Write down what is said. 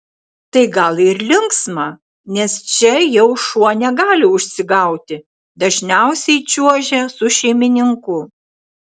tai gal ir linksma nes čia jau šuo negali užsigauti dažniausiai čiuožia su šeimininku